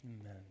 Amen